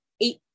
eight